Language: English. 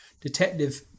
Detective